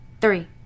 three